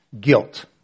guilt